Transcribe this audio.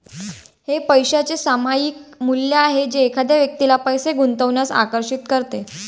हे पैशाचे सामायिक मूल्य आहे जे एखाद्या व्यक्तीला पैसे गुंतवण्यास आकर्षित करते